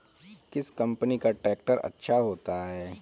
किस कंपनी का ट्रैक्टर अच्छा होता है?